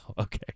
Okay